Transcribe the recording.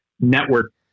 Network